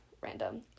random